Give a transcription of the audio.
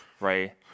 right